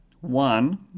One